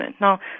Now